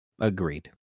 agreed